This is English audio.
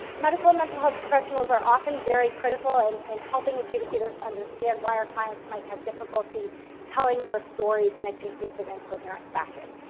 medical and mental health professionals are often very critical and in helping adjudicators to understand why our clients might have difficulty telling their stories in a consistent and coherent fashion.